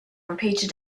repeated